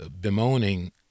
bemoaning